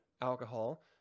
alcohol